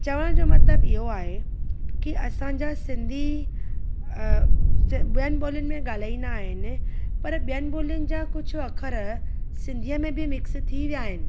चवण जो मतिलबु इहो आहे कि असांजा सिंधी ॿियनि ॿोलियुनि में गाल्हाईंदा आहिनि पर ॿियनि ॿोलियुनि जा कुझु अखरि सिंधीअ में बि मिक्स थी विया आहिनि